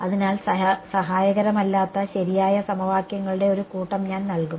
അതിനാൽ സഹായകരമല്ലാത്ത ശരിയായ സമവാക്യങ്ങളുടെ ഒരു കൂട്ടം ഞാൻ നൽകും